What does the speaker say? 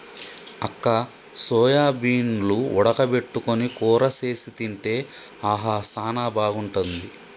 అక్క సోయాబీన్లు ఉడక పెట్టుకొని కూర సేసి తింటే ఆహా సానా బాగుంటుంది